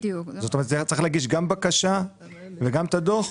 זאת אומרת צריך להגיש גם בקשה וגם את הדוח,